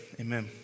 amen